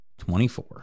24